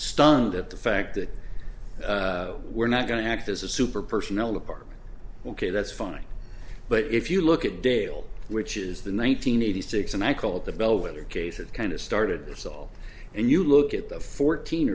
stunned at the fact that we're not going to act as a super personnel department ok that's fine but if you look at dale which is the one nine hundred eighty six and i call it the bellwether case it kind of started this all and you look at the fourteen